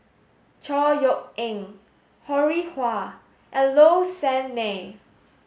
Chor Yeok Eng Ho Rih Hwa and Low Sanmay